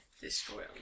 Destroy